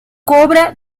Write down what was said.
cobra